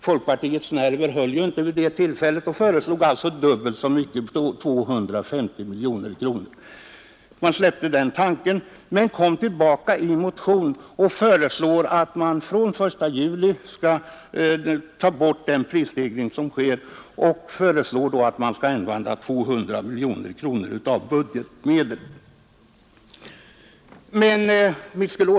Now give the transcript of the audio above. Folkpartiets nerver höll inte vid det tillfället, och deras förslag skulle ha kostat 250 miljoner kronor. Men ni kom sedan tillbaka och föreslog i en motion att vi den 1 juli skall ta bort den prisstegring som sker och till det använda 200 miljoner kronor av budgetmedel.